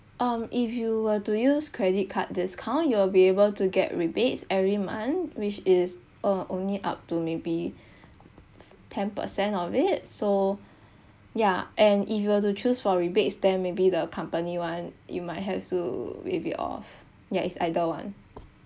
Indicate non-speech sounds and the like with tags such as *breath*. um if you will to use credit card discount you will be able to get rebates every month which is uh only up to maybe *breath* ten percent of it so *breath* ya and if you will to choose for rebates then maybe the company one you might have to with your ya it's either one